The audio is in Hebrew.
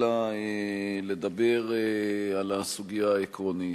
אלא לדבר על הסוגיה העקרונית.